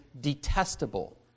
detestable